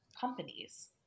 companies